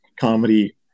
comedy